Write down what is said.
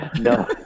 No